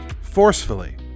forcefully